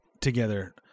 together